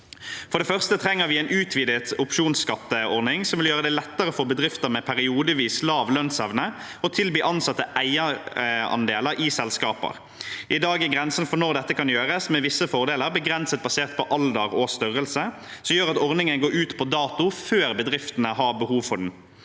For det første trenger vi en utvidet opsjonsskatteordning som vil gjøre det lettere for bedrifter med periodevis lav lønnsevne å tilby ansatte eierandeler i selskaper. I dag er grensen for når dette kan gjøres med visse fordeler begrenset og basert på alder og størrelse, som gjør at ordningen går ut på dato før bedriftene har behov for den.